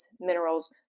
minerals